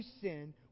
sin